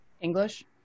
English